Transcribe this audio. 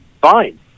fine